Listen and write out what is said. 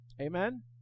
Amen